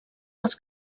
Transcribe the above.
dels